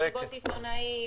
מסיבות עיתונאים,